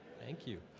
thank you.